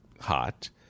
hot